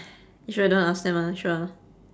you sure don't wanna ask them ah sure ah